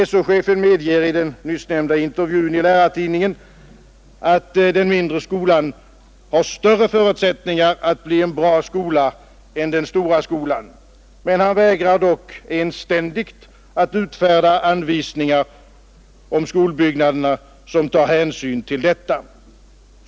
SÖ-chefen medger i den nyssnämnda intervjun i Lärartidningen, att den mindre skolan har större förutsättningar att bli en bra skola än den stora skolan, men han vägrar dock enständigt att utfärda anvisningar om skolbyggnaderna som tar hänsyn till detta.